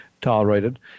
tolerated